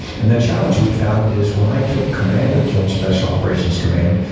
and the challenge we found is when i took command of joint special operations command,